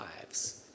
lives